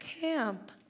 Camp